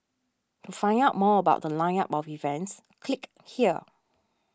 to find out more about The Line up of events click here